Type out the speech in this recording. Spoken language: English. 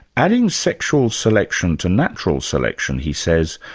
adding sexual selection to natural selection, he says,